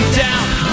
down